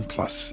Plus